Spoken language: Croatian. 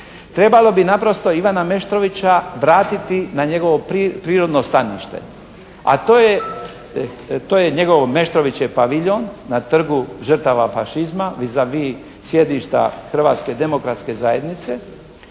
Trebalo bi naprosto Ivana Meštrovića vratiti na njegovo prirodno stanište. A to je njegov Meštrovićev paviljon na Trgu žrtava fašizma, izavi sjedišta Hrvatske demokratske zajednice.